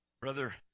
Brother